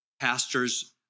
pastors